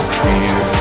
fear